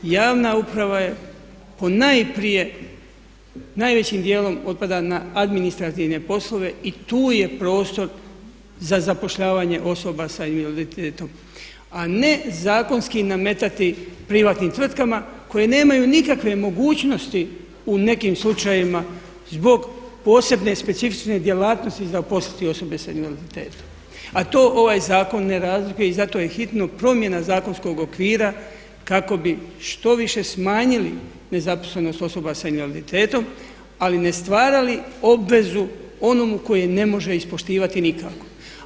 Javna uprava je ponajprije najvećim dijelom otpada na administrativne poslove i tu je prostor za zapošljavanje osoba sa invaliditetom, a ne zakonski nametati privatnim tvrtkama koje nemaju nikakve mogućnosti u nekim slučajevima zbog posebne specifične djelatnosti zaposliti osobe sa invaliditetom, a to ovaj zakon ne razlikuje i zato je hitno promjena zakonskog okvira kako bi što više smanjili nezaposlenost osoba sa invaliditetom, ali ne stvarali obvezu onomu tko je ne može ispoštivati nikako.